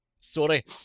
Sorry